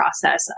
process